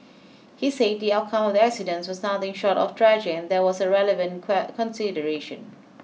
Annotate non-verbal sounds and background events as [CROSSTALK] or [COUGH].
he say the outcome of the accident was nothing short of tragic and that was a relevant [UNINTELLIGIBLE] consideration